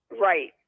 Right